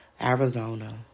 Arizona